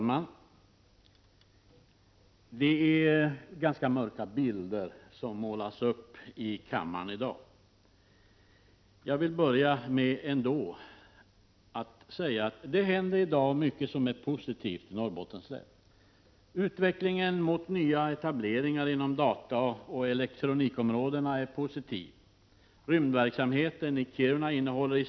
Fru talman! Jag kommer inte att hinna svara på alla frågor i min första replik.